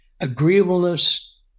Agreeableness